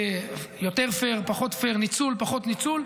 יותר פייר, פחות פייר, ניצול, פחות ניצול,